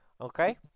Okay